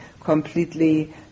completely